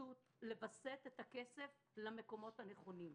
לווסת את הכסף למקומות הנכונים.